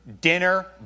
dinner